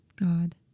God